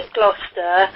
Gloucester